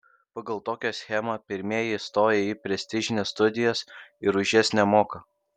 pagal tokią schemą pirmieji įstoja į prestižines studijas ir už jas nemoka